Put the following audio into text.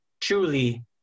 truly